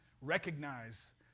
recognize